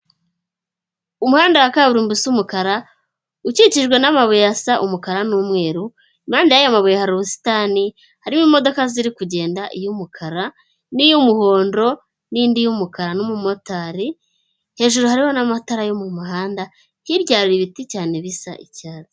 Umuhanda wa kaburimbo usa umukara, ukikijwe n'amabuye asa umukara n'umweru, impande yayo mabuye hari ubusitani, hariho imodoka ziri kugenda iy'umukara n'iy'umuhondo, n'indi y'umukara n'umumotari hejuru hari n'amatara yo mu muhanda hirya hari ibiti cyane bisa icyatsi.